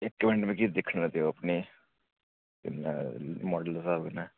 इक्क मिंट मिगी दिक्खना देओ ते मॉडल दे स्हाब कन्नै